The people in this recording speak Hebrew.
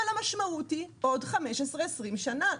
אבל המשמעות היא עוד 15, 20 שנה.